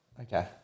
Okay